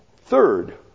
Third